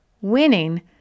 Winning